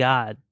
God